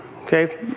okay